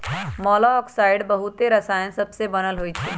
मोलॉक्साइड्स बहुते रसायन सबसे बनल होइ छइ